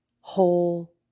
whole